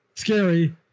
scary